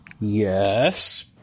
Yes